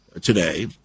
today